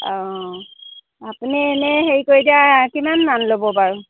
অঁ আপুনি এনেই হেৰি কৰি দিয়া কিমানমান ল'ব বাৰু